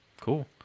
Cool